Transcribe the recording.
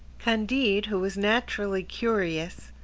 candide, who was naturally curious,